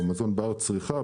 או מזון בר צריכה,